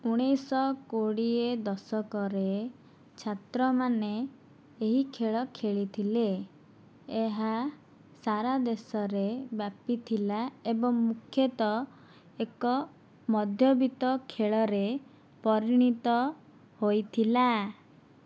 ଉଣେଇଶହ କୋଡ଼ିଏ ଦଶକରେ ଛାତ୍ରମାନେ ଏହି ଖେଳ ଖେଳିଥିଲେ ଏହା ସାରା ଦେଶରେ ବ୍ୟାପିଥିଲା ଏବଂ ମୁଖ୍ୟତଃ ଏକ ମଧ୍ୟବିତ୍ତ ଖେଳରେ ପରିଣତ ହୋଇଥିଲା